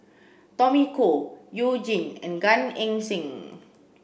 Tommy Koh You Jin and Gan Eng Seng